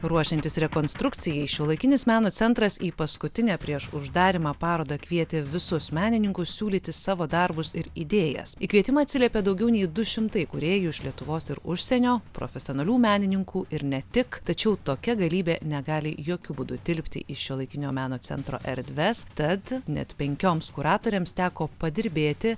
ruošiantis rekonstrukcijai šiuolaikinis meno centras į paskutinę prieš uždarymą parodą kvietė visus menininkus siūlyti savo darbus ir idėjas į kvietimą atsiliepė daugiau nei du šimtai kūrėjų iš lietuvos ir užsienio profesionalių menininkų ir ne tik tačiau tokia galybė negali jokiu būdu tilpti į šiuolaikinio meno centro erdves tad net penkioms kuratoriams teko padirbėti